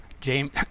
James